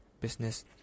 business